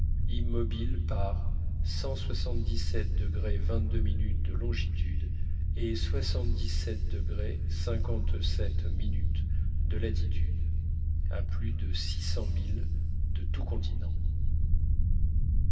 immobile par de longitude et de latitude à plus de six cents milles de tout continent